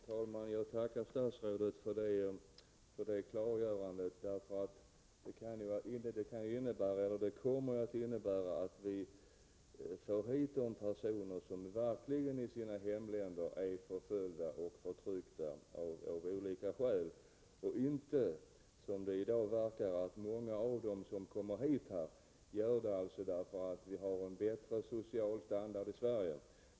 Herr talman! Jag tackar statsrådet för det klargörandet. Det kommer att innebära att vi får hit de personer som i sina hemländer verkligen är förföljda och förtryckta av olika skäl. I dag verkar det som om många av dem som kommer hit gör det därför att vi har bättre social standard i Sverige.